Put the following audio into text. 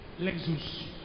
Lexus